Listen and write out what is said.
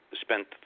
spent